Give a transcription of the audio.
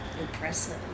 Impressive